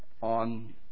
on